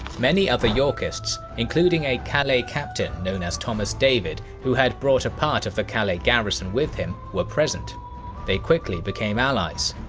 many other yorkists, including a calais captain known as thomas david who had brought a part of the calais garrison with him, were present and quickly became allies.